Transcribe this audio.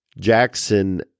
Jackson